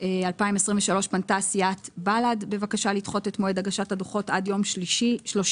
2023 פנתה סיעת בל"ד בבקשה לדחות את מועד הגשת הדוחות עד יום 3.6.2023,